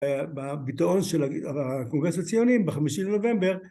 בביטאון של הקונגרס הציוני, בחמישי לנובמבר